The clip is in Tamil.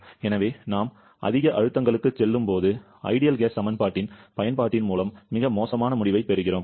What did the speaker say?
எனவே நாம் அதிக அழுத்தங்களுக்குச் செல்லும்போது ஐடியல் வாயு சமன்பாட்டின் பயன்பாட்டின் மூலம் மிக மோசமான முடிவைப் பெறுகிறோம்